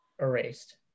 erased